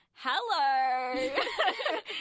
Hello